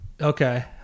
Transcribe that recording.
Okay